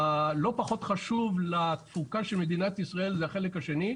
לא פחות חשוב לתפוקה של מדינת ישראל זה החלק השני,